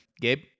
Gabe